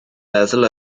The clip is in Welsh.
meddwl